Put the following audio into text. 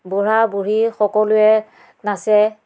বুঢ়া বুঢ়ী সকলোৱে নাচে